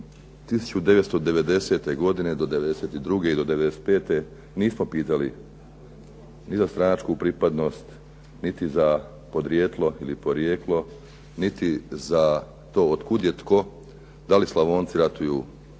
1990. godine do 92. i 95. nismo pitali ni za stranačku pripadnost niti za podrijetlo ili porijeklo, niti za to od kuda je to, da li Slavonci ratuju na